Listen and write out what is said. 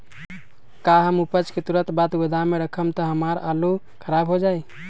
का हम उपज के तुरंत बाद गोदाम में रखम त हमार आलू खराब हो जाइ?